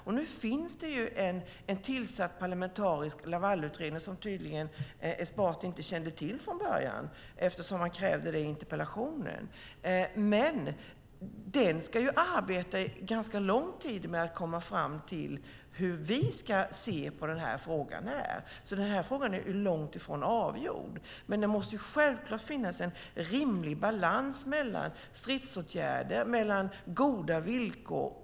Och nu finns det en tillsatt parlamentarisk Lavalutredning, som Esbati tydligen inte kände till från början, eftersom han krävde det i interpellationen. Den ska arbeta ganska lång tid med att komma fram till hur vi ska se på den här frågan. Den här frågan är alltså långt från avgjord. Men det måste självklart finnas en rimlig balans när det gäller stridsåtgärder och goda villkor.